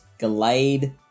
Gallade